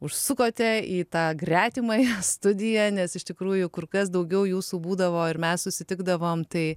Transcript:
užsukote į tą gretimąją studiją nes iš tikrųjų kur kas daugiau jūsų būdavo ir mes susitikdavom tai